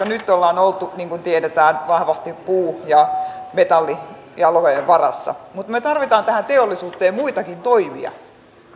nyt ollaan oltu niin kuin tiedetään vahvasti puu ja metallialojen varassa mutta me me tarvitsemme tähän teollisuutta ja ja muitakin toimia